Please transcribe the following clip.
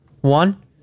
One